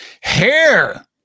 hair